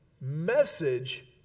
message